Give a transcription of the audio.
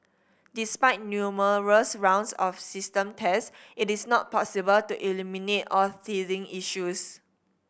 despite numerous rounds of system test it is not possible to eliminate all teething issues